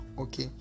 okay